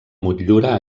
motllura